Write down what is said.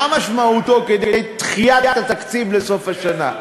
מה משמעותו כדי דחיית התקציב לסוף השנה?